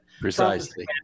Precisely